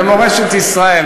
במיוחד במורשת ישראל.